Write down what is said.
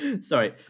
Sorry